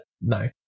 no